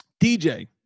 DJ